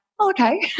okay